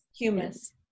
humans